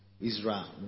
Israel